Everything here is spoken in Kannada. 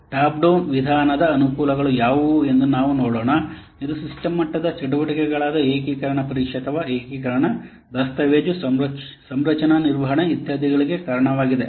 ಟಾಪ್ ಡೌನ್ ವಿಧಾನದ ಅನುಕೂಲಗಳು ಯಾವುವು ಎಂದು ನಾವು ನೋಡೋಣ ಇದು ಸಿಸ್ಟಮ್ ಮಟ್ಟದ ಚಟುವಟಿಕೆಗಳಾದ ಏಕೀಕರಣ ಪರೀಕ್ಷೆ ಅಥವಾ ಏಕೀಕರಣ ದಸ್ತಾವೇಜು ಸಂರಚನಾ ನಿರ್ವಹಣೆ ಇತ್ಯಾದಿಗಳಿಗೆ ಕಾರಣವಾಗಿದೆ